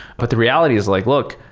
but the reality is like, look.